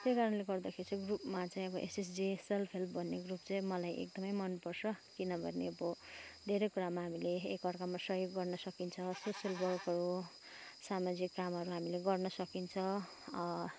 त्यही कारणले गर्दाखेरि चाहिँ ग्रुपमा चाहिँ अब एसएसजी सेल्फ हेल्प भन्ने ग्रुप चाहिँ मलाई एकदमै मनपर्छ किनभने अब धेरै कुरामा हामीले एकाअर्कामा सहयोग गर्न सकिन्छ सोसियल वर्कहरू सामाजिक कामहरू हामीले गर्न सकिन्छ